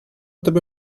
tebe